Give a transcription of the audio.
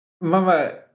Mama